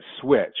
switch